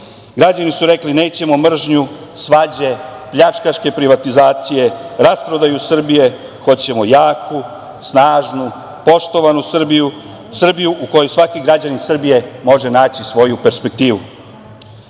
Građani su rekli – nećemo mržnju, svađe, pljačkaške privatizacije, rasprodaju Srbije, hoćemo jaku, snažnu, poštovanu Srbiju, Srbiju u kojoj svaki građanin Srbije može naći svoju perspektivu. Šta